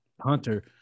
Hunter